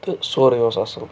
تہٕ سورٕے اوس آصٕل